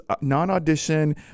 non-audition